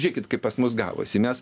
žiūrėkit kaip pas mus gavosi nes